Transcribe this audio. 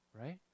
right